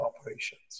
operations